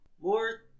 more